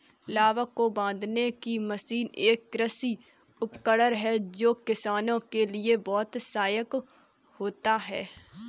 लावक को बांधने की मशीन एक कृषि उपकरण है जो किसानों के लिए बहुत सहायक होता है